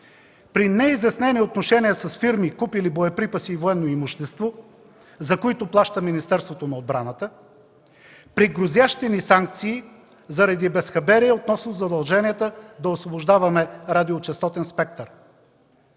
При неизяснени отношения с фирми, купили боеприпаси и военно имущество, за които плаща Министерството на отбраната, при грозящи ни санкции заради безхаберие относно задълженията да освобождаваме радиочестотния спектър.